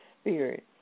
spirit